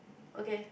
okay